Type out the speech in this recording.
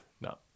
No